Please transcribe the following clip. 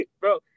Bro